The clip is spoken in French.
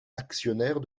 actionnaire